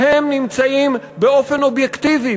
הם נמצאים באופן אובייקטיבי,